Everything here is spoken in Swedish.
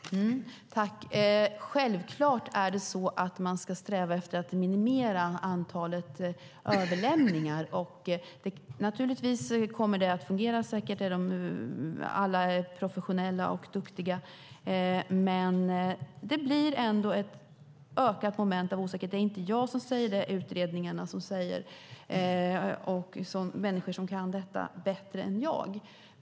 Fru talman! Självklart ska man sträva efter att minimera antalet överlämningar. De kommer säkert att fungera. Alla är professionella och duktiga, men det blir ändå ett ökat moment av osäkerhet. Det är inte jag som säger det utan det framgår av utredningarna och människor som kan detta bättre än jag.